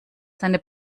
seine